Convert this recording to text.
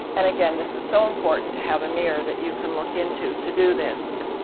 and again this is so important to have a mirror that you can look into to do this.